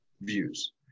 views